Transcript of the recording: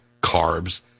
carbs